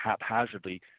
haphazardly